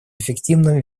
эффективным